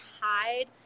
hide